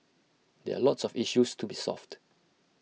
there are lots of issues to be solved